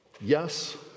Yes